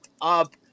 up